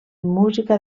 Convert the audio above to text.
música